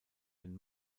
ein